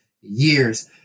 years